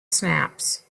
snaps